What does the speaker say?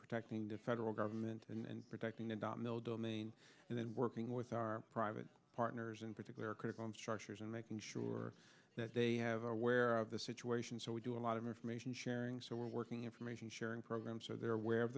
protecting the federal government and protecting the dot mil domain and then working with our private partners in particular critical structures and making sure that they have aware of the situation so we do a lot of information sharing so we're working information sharing programs so there where